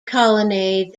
colonnades